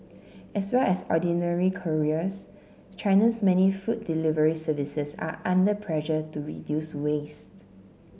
as well as ordinary couriers China's many food delivery services are under pressure to reduce waste